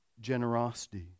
generosity